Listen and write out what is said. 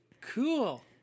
Cool